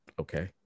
okay